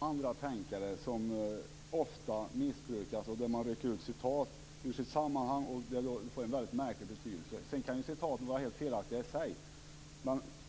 Fru talman! Det gäller även andra tänkare som ofta missbrukas då man rycker ut citat ur sitt sammanhang så att det får en väldigt märklig betydelse. Sedan kan citaten vara helt felaktiga i sig.